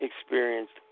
experienced